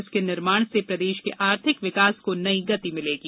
इसके निर्माण से प्रदेश के आर्थिक विकास को नई गति मिलेगी